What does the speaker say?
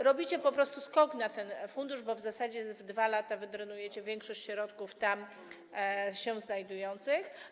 Robicie po prostu skok na ten fundusz, bo w zasadzie przez 2 lata wydrenujecie większość środków, które tam się znajdują.